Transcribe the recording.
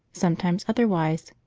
sometimes otherwise.